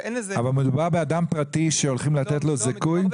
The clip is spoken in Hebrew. ואין לזה --- אבל מדובר באדם פרטי שהולכים לתת לו זיכוי?